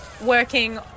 working